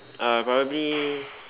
uh probably